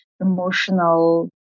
emotional